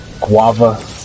guava